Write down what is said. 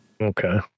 okay